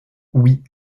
oui